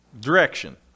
Direction